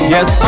Yes